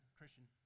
Christian